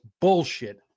bullshit